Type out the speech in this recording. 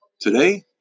Today